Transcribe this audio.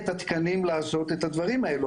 אז צריך לעדכן את המחירון של משרד הבריאות